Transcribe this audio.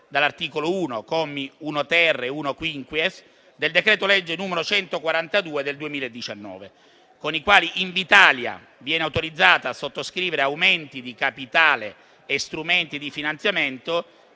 dall'articolo 1, commi 1*-ter* e 1*-quinquies*, del decreto-legge n. 142 del 2019, con i quali Invitalia viene autorizzata a sottoscrivere aumenti di capitale e strumenti di finanziamento